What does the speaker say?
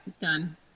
done